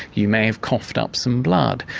you may have coughed up some blood,